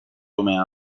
come